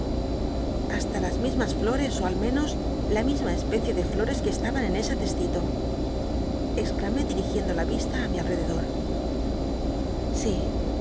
hasta las mismas flores ó al menos la misma especie de flores que estaban en ese cestito exclamé dirigiendo la yista á mi ahededor sí